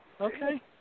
okay